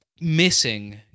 missing